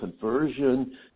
conversion